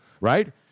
Right